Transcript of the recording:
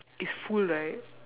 it's full right